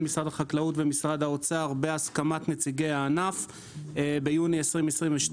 משרד החקלאות ומשרד האוצר ביוני 2022,